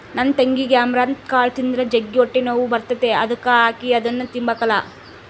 ನನ್ ತಂಗಿಗೆ ಅಮರಂತ್ ಕಾಳು ತಿಂದ್ರ ಜಗ್ಗಿ ಹೊಟ್ಟೆನೋವು ಬರ್ತತೆ ಅದುಕ ಆಕಿ ಅದುನ್ನ ತಿಂಬಕಲ್ಲ